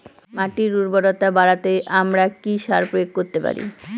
মাটির উর্বরতা বাড়াতে আমরা কি সার প্রয়োগ করতে পারি?